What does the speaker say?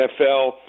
NFL